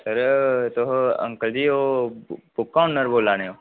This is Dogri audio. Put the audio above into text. सर तोह् अंकल जी बुक ओनर बोल्ला ने ओ